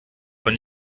von